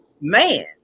man